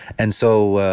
and so,